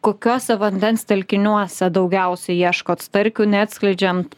kokiuose vandens telkiniuose daugiausiai ieškot starkių neatskleidžiant